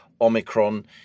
Omicron